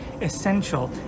essential